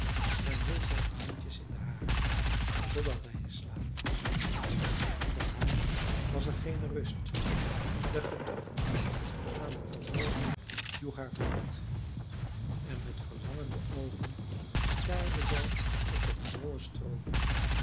en hield zijne handjes in de hare totdat hij in slaap was voor haar was er geene rust de gedachte aan den vervolger joeg haar voort en met verlangende oogen staarde zij op den gezwollen stroom